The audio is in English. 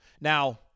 Now